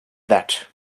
that